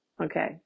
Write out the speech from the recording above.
okay